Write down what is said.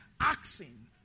asking